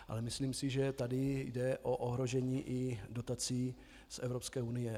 Ale myslím si, že tady jde o ohrožení i dotací z Evropské unie.